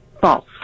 False